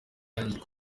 watangiye